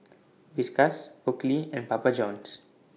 Whiskas Oakley and Papa Johns